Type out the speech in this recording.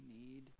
need